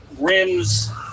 rims